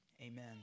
Amen